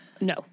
No